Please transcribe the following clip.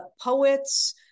poets